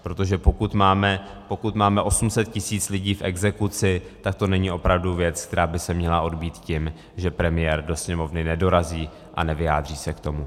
Protože pokud máme 800 tisíc lidí v exekuci, tak to není opravdu věc, která by se měla odbýt tím, že premiér do Sněmovny nedorazí a nevyjádří se k tomu.